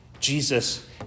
Jesus